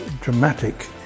dramatic